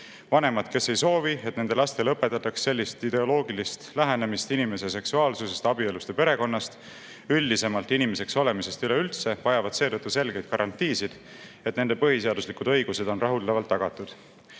Vanemad, kes ei soovi, et nende lastele õpetatakse sellist ideoloogilist lähenemist inimese seksuaalsusest, abielust ja perekonnast, üldisemalt inimeseks olemisest üleüldse, vajavad seetõttu selgeid garantiisid, et nende põhiseaduslikud õigused on rahuldavalt tagatud. Ja